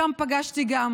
שם פגשתי גם